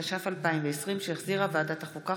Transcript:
התש"ף 2020 שהחזירה ועדת החוקה,